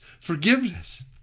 forgiveness